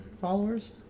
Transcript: followers